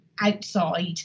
outside